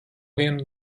vienu